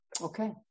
Okay